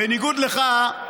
בניגוד לך,